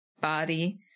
body